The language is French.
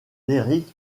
derrick